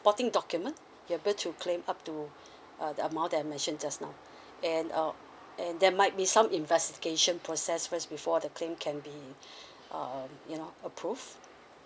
document you'll able to claim up to uh the amount that I mentioned just now and um and there might be some investigation process first before the claim can be um you know approve